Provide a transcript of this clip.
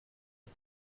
que